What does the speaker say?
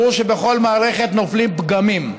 ברור שבכל מערכת נופלים פגמים,